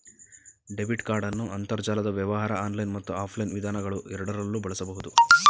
debit ಕಾರ್ಡನ್ನು ಅಂತರ್ಜಾಲದ ವ್ಯವಹಾರ ಆನ್ಲೈನ್ ಮತ್ತು ಆಫ್ಲೈನ್ ವಿಧಾನಗಳುಎರಡರಲ್ಲೂ ಬಳಸಬಹುದು